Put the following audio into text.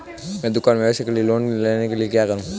मैं दुकान व्यवसाय के लिए लोंन लेने के लिए क्या करूं?